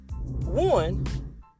one